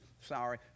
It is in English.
sorry